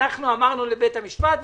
אמרנו לבית המשפט,